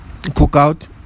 cookout